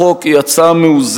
הצעת החוק היא הצעה מאוזנת,